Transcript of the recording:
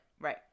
Right